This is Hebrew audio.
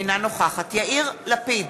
אינה נוכחת יאיר לפיד,